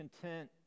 content